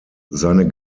seine